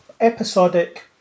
episodic